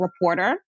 reporter